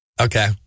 Okay